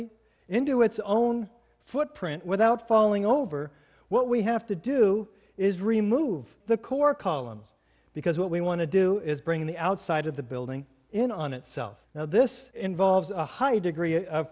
into its own footprint without falling over what we have to do is remove the core columns because what we want to do is bring the outside of the building in on itself now this involves a high degree